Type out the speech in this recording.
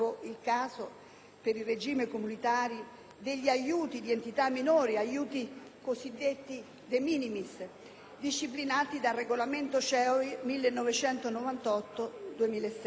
per il regime comunitario, degli aiuti di entità minore - aiuti cosiddetti *de minimis* - disciplinati dal regolamento CE 1998/2006),